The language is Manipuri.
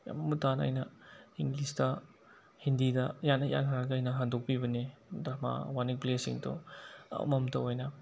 ꯌꯥꯝ ꯃꯃꯨꯠꯇꯥꯅ ꯑꯩꯅ ꯏꯪꯂꯤꯁꯇ ꯍꯤꯟꯗꯤꯗ ꯌꯥꯟꯅ ꯌꯥꯟꯅꯔꯒ ꯑꯩꯅ ꯍꯟꯗꯣꯛꯄꯤꯕꯅꯦ ꯗꯔꯃꯥ ꯋꯥꯟ ꯑꯦꯟ ꯄ꯭ꯂꯦꯁꯤꯡꯗꯣ ꯑꯃꯃꯝꯇ ꯑꯣꯏꯅ